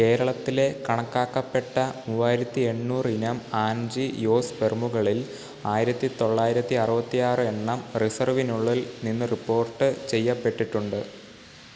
കേരളത്തിലെ കണക്കാക്കപ്പെട്ട മൂവായിരത്തി എണ്ണൂറ് ഇനം ആൻജിയോ സ്പെർമുകളിൽ ആയിരത്തി തൊള്ളായിരത്തി അറുപത്തി ആറ് എണ്ണം റിസർവിനുള്ളിൽ നിന്ന് റിപ്പോർട്ട് ചെയ്യപ്പെട്ടിട്ടുണ്ട്